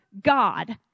God